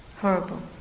horrible